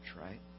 right